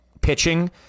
pitching